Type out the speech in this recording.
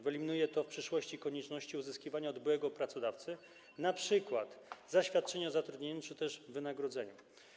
Wyeliminuje to w przyszłości konieczność uzyskiwania od byłego pracodawcy np. zaświadczenia o zatrudnieniu czy też wynagrodzeniu.